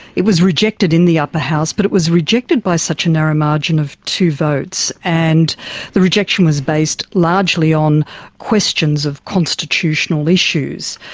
it was rejected in the upper house but it was rejected by such a narrow margin of two votes, and the rejection was based largely on questions of constitutional issues.